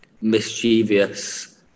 mischievous